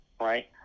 right